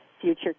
future